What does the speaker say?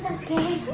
sockie